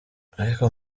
ariko